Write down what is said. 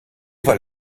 weil